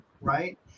right